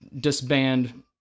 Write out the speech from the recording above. disband